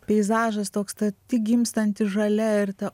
peizažas toks ta tik gimstanti žalia ir ta